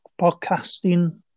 podcasting